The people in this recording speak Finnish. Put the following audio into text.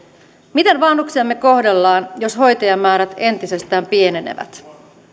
miten vanhuksiamme kohdellaan jos hoitajamäärät entisestään pienenevät